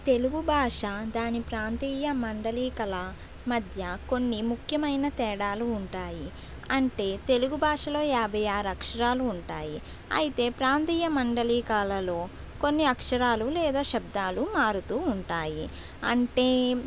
తెలుగు భాష దాని ప్రాంతీయ మండలికల మధ్య కొన్ని ముఖ్యమైన తేడాలు ఉంటాయి అంటే తెలుగు భాషలో యాభై ఆరు అక్షరాలు ఉంటాయి అయితే ప్రాంతీయ మండలికాలలో కొన్ని అక్షరాలు లేదా శబ్దాలు మారుతూ ఉంటాయి అంటే